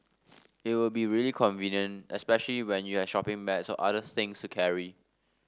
it would be really convenient especially when you have shopping bags or other things to carry